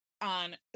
on